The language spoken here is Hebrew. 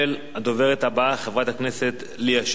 הדוברת הבאה, חברת הכנסת ליה שמטוב,